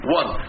one